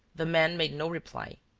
the man made no reply.